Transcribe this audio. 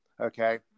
Okay